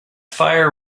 fire